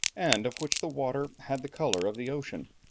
and of which the water had the colour of the ocean.